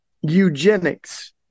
eugenics